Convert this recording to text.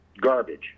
garbage